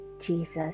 Jesus